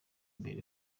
imbere